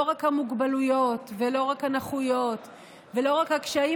לא רק המוגבלויות ולא רק הנכויות ולא רק הקשיים,